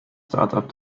startup